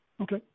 Okay